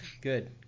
Good